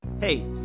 hey